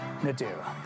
Nadira